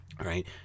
right